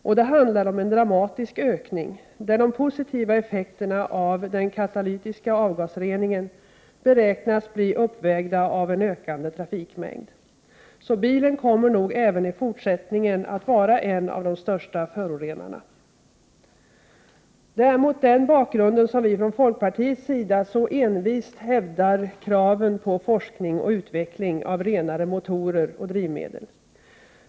Och det handlar om en dramatisk ökning, där de positiva effekterna av den katalytiska avgasreningen beräknas bli uppvägda av en ökande trafikmängd. Så bilen kommer nog även i fortsättningen att vara en av de största förorenarna. Det är mot den bakgrunden som vi från folkpartiets sida så envist hävdar kraven på forskning och utveckling av renare motorer och drivmedel.